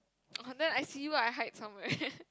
then I see you I hide somewhere